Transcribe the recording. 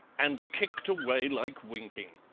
and kicked away like winking.